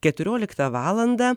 keturioliktą valandą